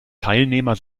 teilnehmer